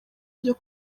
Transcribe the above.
byo